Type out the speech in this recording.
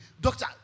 Doctor